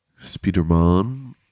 Spiderman